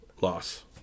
Loss